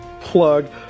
plug